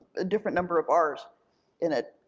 a different number of r's in it,